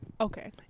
Okay